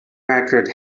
record